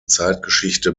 zeitgeschichte